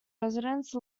residence